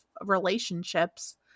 relationships